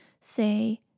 say